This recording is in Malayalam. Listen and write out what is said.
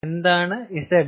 എന്താണ് z